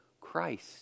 Christ